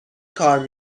کار